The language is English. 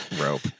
rope